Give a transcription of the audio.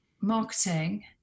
marketing